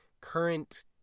current